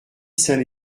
saint